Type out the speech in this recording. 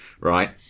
right